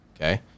Okay